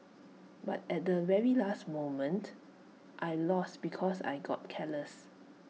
but at the very last moment I lost because I got careless